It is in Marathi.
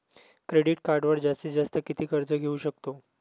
क्रेडिट कार्डवर जास्तीत जास्त किती कर्ज घेऊ शकतो?